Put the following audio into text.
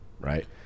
right